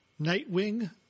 Nightwing